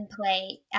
play